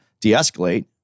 de-escalate